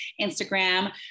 Instagram